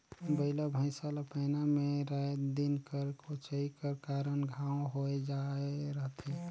बइला भइसा ला पैना मे राएत दिन कर कोचई कर कारन घांव होए जाए रहथे